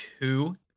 two